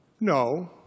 No